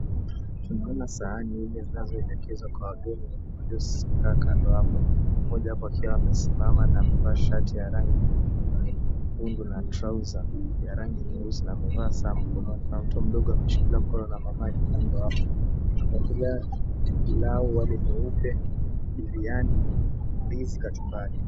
Tunaona sahani nne zinazoelekezwa kwa wageni waliokaa kando hapo. Mmoja hapo akiwa amesimama na amevaa shati ya rangi wingu na trauza ya rangi nyeusi na amevaa saa mkononi. Mtoto mdogo ameshikilia mkono wa mamake kando hapo. Kila ule wali mweupe, mdiriani, ndizi na kachumbari.